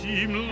Seem